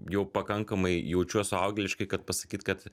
jau pakankamai jaučiuos suaugėliškai kad pasakyt kad